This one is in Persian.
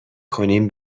کنیم